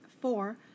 Four